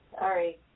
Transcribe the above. Sorry